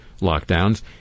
lockdowns